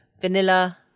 vanilla